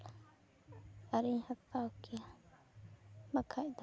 ᱟᱨᱤᱧ ᱦᱟᱛᱟᱣ ᱠᱮᱭᱟ ᱵᱟᱠᱷᱟᱡ ᱫᱚ